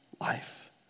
life